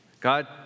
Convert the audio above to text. God